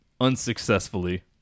unsuccessfully